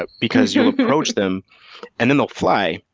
ah because you'll approach them and then they'll fly,